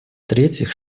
третьих